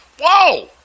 Whoa